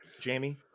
Jamie